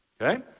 Okay